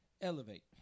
elevate